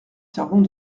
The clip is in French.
servant